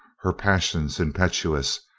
her passions impetuous,